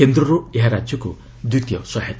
କେନ୍ଦ୍ରରୁ ଏହା ରାଜ୍ୟକୁ ଦ୍ୱିତୀୟ ସହାୟତା